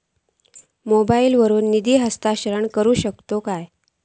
मोबाईला वर्सून निधी हस्तांतरण करू शकतो काय?